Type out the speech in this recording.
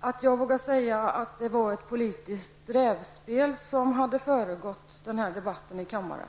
att jag vågade säga att ett politiskt rävspel hade föregått debatten här i kammaren.